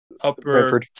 upper